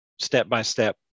step-by-step